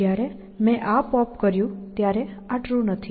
જ્યારે મેં આ પોપ કર્યું ત્યારે આ ટ્રુ નથી